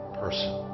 person